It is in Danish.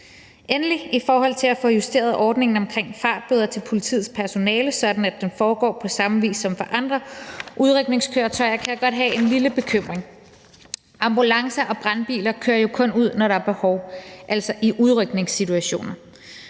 jeg i forhold til at få justeret ordningen omkring fartbøder til politiets personale, sådan at den foregår på samme vis som for andre udrykningskøretøjer, godt have en lille bekymring. Ambulancer og brandbiler kører jo kun ud, når der er behov, altså i udrykningssituationen,